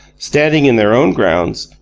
standing in their own grounds,